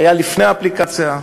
לפני האפליקציה.